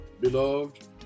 Beloved